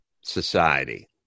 society